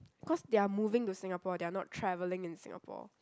cause they are moving to Singapore they are not travelling in Singapore